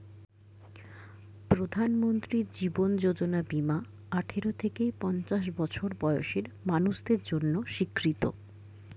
প্রধানমন্ত্রী জীবন যোজনা বীমা আঠারো থেকে পঞ্চাশ বছর বয়সের মানুষদের জন্য স্বীকৃত